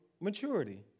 maturity